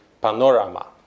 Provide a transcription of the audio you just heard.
panorama